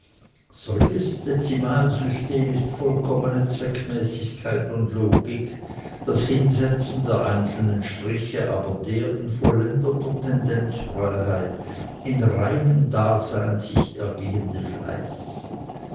solches dezimalsystem ist vollkommene zweckmäßigkeit und logik das hinsetzen der einzelnen striche aber der in vollendeter tendenzfreiheit in reinem dasein sich ergehende fleiß